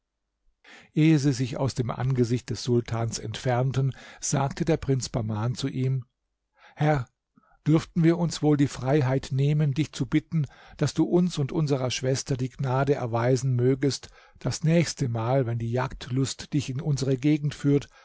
ehe sie sich aus dem angesicht des sultans entfernten sagte der prinz bahman zu ihm herr dürften wir uns wohl die freiheit nehmen dich zu bitten daß du uns und unserer schwester die gnade erweisen mögest das nächstemal wenn die jagdlust dich in unsere gegend führt